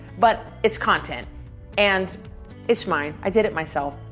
but it's content and it's mine. i did it myself.